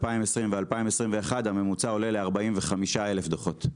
2020 ו-2021 הממוצע עולה ל-45 אלף דוחות.